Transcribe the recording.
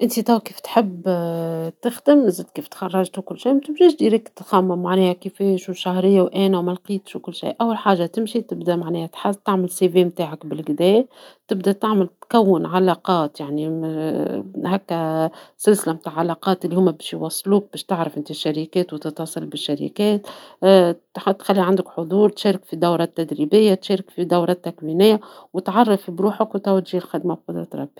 إذا عندك صديق يلقى صعوبة في الحصول على وظيفة، نقوله حاول تحسين سيرتك الذاتية. شارك في ورشات عمل وطور مهاراتك. استخدم الشبكات الاجتماعية للبحث عن فرص، وحاول تتواصل مع ناس في مجالك. بالصبر والإصرار، باش تلقى الفرصة المناسبة.